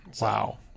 Wow